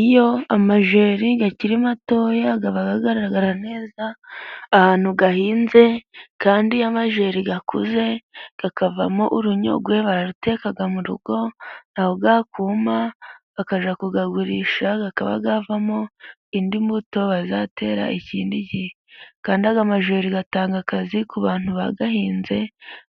Iyo amajeri akiri matoya aba agaragara neza ahantu ahinze, kandi iyo amajeri akuze akavamo urunyogwe baruteka mu rugo, na ho yakuma bakajya kuyagurisha akaba yavamo indi mbuto bazatera ikindi gihe, Kandi aya majeri atanga akazi ku bantu bayahinze